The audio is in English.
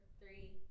three